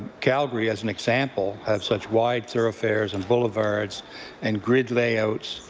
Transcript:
calgary, as an example, have such wide thoroughthoroughfairs and boulevards and grid layouts,